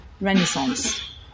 renaissance